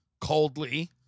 coldly